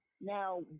Now